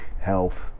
health